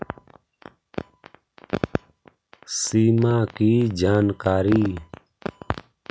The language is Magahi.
सिमा कि जानकारी?